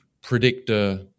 predictor